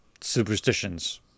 superstitions